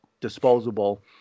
disposable